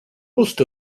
most